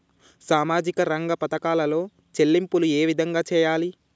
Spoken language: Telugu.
సామాజిక రంగ పథకాలలో చెల్లింపులు ఏ విధంగా చేయాలి?